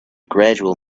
gradual